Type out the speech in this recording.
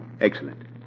Excellent